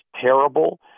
terrible